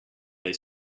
they